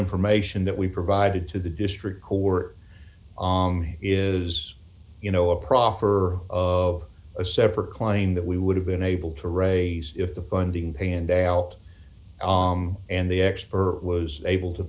information that we provided to the district court on here is you know a proffer of a separate claim that we would have been able to raise if the funding panned out and the expert was able to